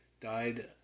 Died